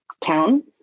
town